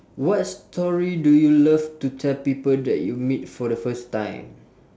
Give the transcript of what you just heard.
what story do you love to tell people that you meet for the first time